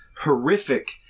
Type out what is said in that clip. horrific